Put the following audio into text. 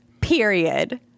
period